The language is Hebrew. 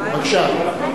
בבקשה.